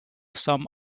some